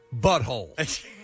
butthole